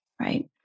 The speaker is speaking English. right